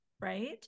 right